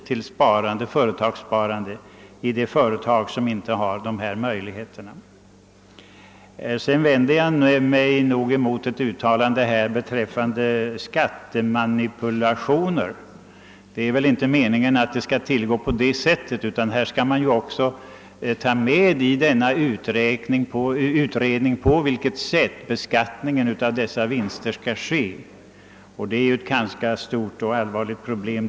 Vidare fäste jag mig vid herr Franzéns tal om »skattemanipulationer». Självfallet är det inte meningen att några sådana skall förekomma, utan den föreslagna utredningen skulle också undersöka på vilket sätt beskattningen av ifrågavarande vinster skall ske. Även detta är ju ett stort och allvarligt problem.